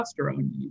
testosterone